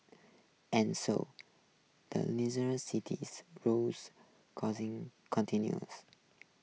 and so the cities rolls causing continues